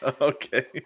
Okay